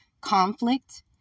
conflict